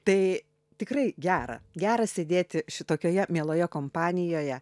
tai tikrai gera gera sėdėti šitokioje mieloje kompanijoje